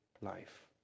life